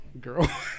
Girl